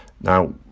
Now